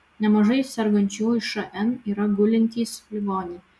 nemažai sergančiųjų šn yra gulintys ligoniai